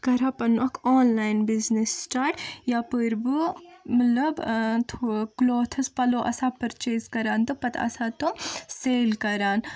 بہٕ کرٕ ہا پنُن اکھ آن لایِن بِزنِس سِٹاٹ یپٲرۍ بہٕ مطلب ہُہ تھو کُلوتھٔز پَلو آسہٕ ہا پٔرچیٚز کران تہٕ پتہٕ آسہٕ ہا تِم سیٚل کران